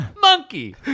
Monkey